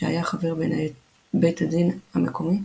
שהיה חבר בית הדין המקומי,